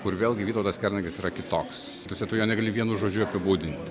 kur vėlgi vytautas kernagis yra kitoks ta prasme tu jo negali vienu žodžiu apibūdint